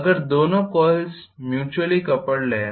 अगर दो coils mutually coupled हैं